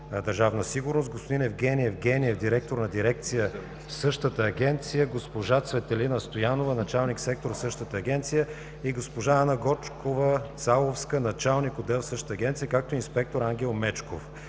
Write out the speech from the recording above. същата Агенция, госпожа Цветелина Стоянова – началник сектор в същата Агенция, госпожа Анна Гочкова-Цаловска – началник отдел в същата Агенция, както и инспектор Ангел Мечков